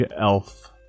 elf